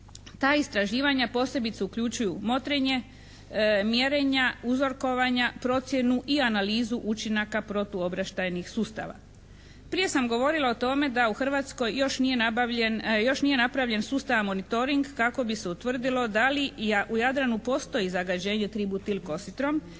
Ta istraživanja posebice uključuju motrenje, mjerenja, uzorkovanja, procjenu i analizu učinaka protuobraštajnih sustava." Prije sam govorila o tome da u Hrvatskoj još nije napravljen sustav monitoring kako bi se utvrdilo da li u Jadranu postoji zagađenje tributil kositrom